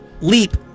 Leap